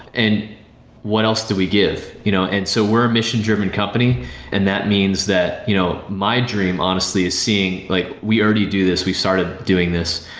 and what else do we give? you know and so we're a mission-driven company and that means that you know my dream honestly is seeing like we already do this, we've started doing this,